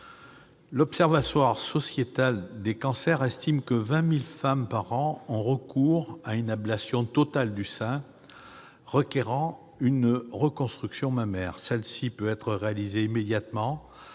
L'Observatoire sociétal des cancers estime que 20 000 femmes par an ont recours à une ablation totale du sein, requérant une reconstruction mammaire. Celle-ci peut être réalisée immédiatement